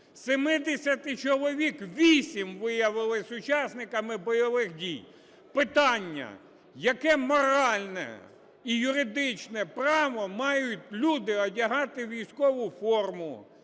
70 чоловік 8 виявилися учасниками бойових дій. Питання. Яке моральне і юридичне право мають люди одягати військову форму,